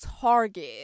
Target